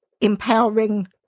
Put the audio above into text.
empowering